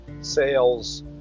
sales